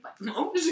No